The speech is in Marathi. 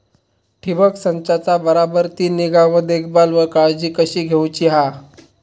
ठिबक संचाचा बराबर ती निगा व देखभाल व काळजी कशी घेऊची हा?